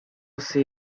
see